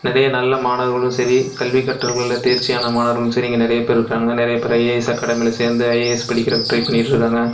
நிறைய நல்ல மாணவர்களும் சரி கல்வி கற்றல்களில் தேர்ச்சியான மாணவர்களும் சரி இங்கே நிறைய பேர் இருக்காங்க நிறைய பேர் ஐஏஎஸ் அகாடமியில் சேர்ந்து ஐஏஸ் படிக்கிறதுக்கு ட்ரை பண்ணிட்டிருக்காங்க